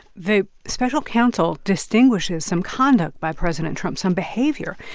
the special counsel distinguishes some conduct by president trump, some behavior.